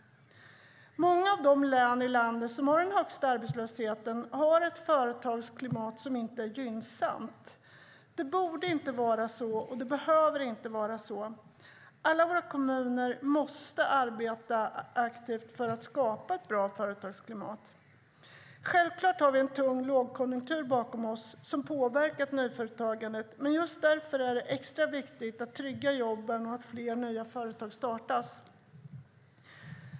Många av de län i landet som har den högsta arbetslösheten har ett företagsklimat som inte är gynnsamt. Det borde inte vara så, och det behöver inte vara så. Alla våra kommuner måste arbeta aktivt för att skapa ett bra företagsklimat. Självklart har vi en tung lågkonjunktur bakom oss som har påverkat nyföretagandet, men just därför är det extra viktigt att trygga jobben och att fler nya företag startas.